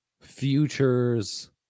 futures